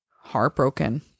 heartbroken